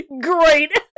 Great